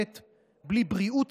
ידי משרדי הרווחה,